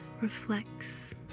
reflects